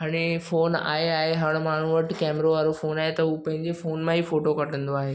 हाणे फोन आहे आहे हर माण्हूअ वटि कॅमरा वारो फोन आहे त उहो पंहिंजे फोन मां ई फोटो कढंदो आहे